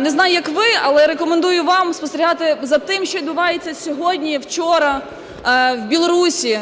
не знаю, як ви, але рекомендую вам спостерігати за тим, що відбувається сьогодні, вчора в Білорусії.